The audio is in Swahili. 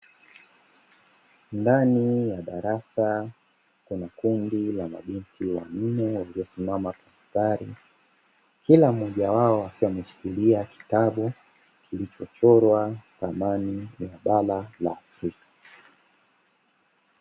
Ndani ya darasa, kuna kundi la mabinti wanne waliosimama kwa mstari, kila mmoja wao akiwa ameshikilia kitabu kilichochorwa ramani ya bara la Afrika.